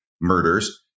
murders